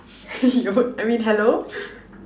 hello I mean hello